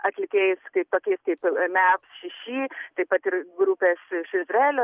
atlikėjais kaip tokie kaip ir mes visi taip pat ir grupės iš izraelio